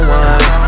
one